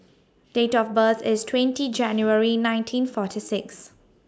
Date of birth IS twenty January nineteen forty six